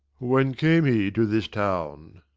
when came he to this town?